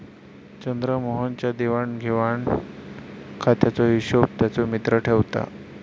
चंद्रमोहन च्या देवाण घेवाण खात्याचो हिशोब त्याचो मित्र ठेवता